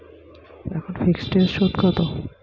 এখন ফিকসড এর সুদ কত?